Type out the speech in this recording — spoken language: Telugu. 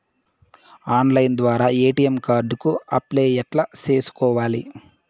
ఆన్లైన్ ద్వారా ఎ.టి.ఎం కార్డు కు అప్లై ఎట్లా సేసుకోవాలి?